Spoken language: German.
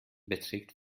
beträgt